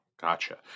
Gotcha